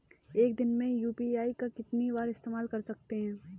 एक दिन में यू.पी.आई का कितनी बार इस्तेमाल कर सकते हैं?